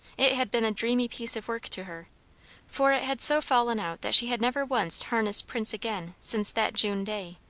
it had been a dreamy piece of work to her for it had so fallen out that she had never once harnessed prince again since that june day,